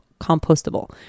compostable